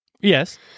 Yes